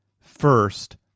First